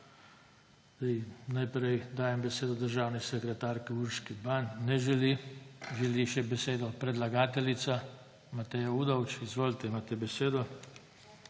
Najprej dajem besedo državni sekretarki Urški Ban. Ne želi. Želi še besedo predlagateljica Mateja Udovč? (Da.) Izvolite, imate besedo.